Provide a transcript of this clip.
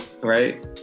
right